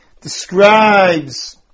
describes